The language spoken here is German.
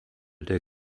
der